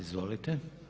Izvolite.